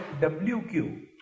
WQ